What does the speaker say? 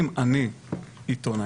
אם אני עיתונאי,